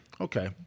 Okay